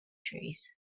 trees